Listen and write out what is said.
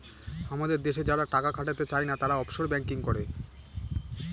আমাদের দেশে যারা টাকা খাটাতে চাই না, তারা অফশোর ব্যাঙ্কিং করে